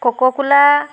coca-cola